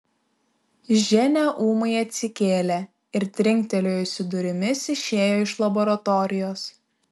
ženia ūmai atsikėlė ir trinktelėjusi durimis išėjo iš laboratorijos